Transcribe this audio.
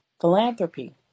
philanthropy